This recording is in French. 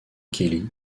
kelly